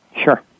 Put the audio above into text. Sure